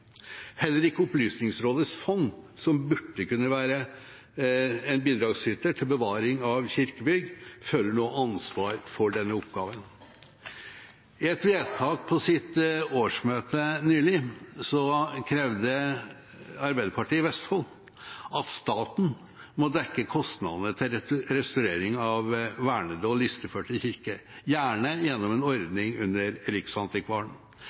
Heller ikke Opplysningsvesenets fond, som burde kunne være en bidragsyter til bevaring av kirkebygg, føler noe ansvar for denne oppgaven. I et vedtak på sitt årsmøte nylig krevde Arbeiderpartiet i Vestfold at staten må dekke kostnadene for restaurering av vernede og listeførte kirker, gjerne gjennom en ordning under Riksantikvaren.